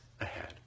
ahead